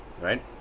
Right